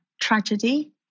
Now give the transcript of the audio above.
tragedy